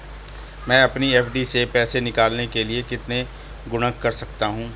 मैं अपनी एफ.डी से पैसे निकालने के लिए कितने गुणक कर सकता हूँ?